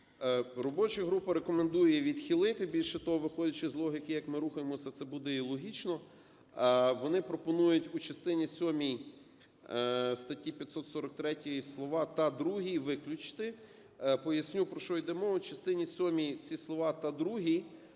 Робоча група рекомендує відхилити, більше того, виходячи з логіки, як ми рухаємося, це буде і логічно. Вони пропонують в частині сьомій статті 543 слова "та другій" виключити. Поясню, про що йде мова. У частині сьомій ці слова "та другій",